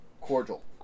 Cordial